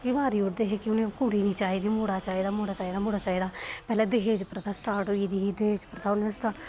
मारी ओड़दे हे कि कुड़ी निं चाहिदी मुड़ा चाहिदा मुड़ा चाहिदा मुड़ा चाहिदा पैह्लें दहेज प्रथा स्टार्ट होई एह्दी ही दहेज प्रथा